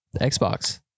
Xbox